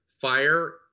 fire